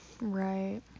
Right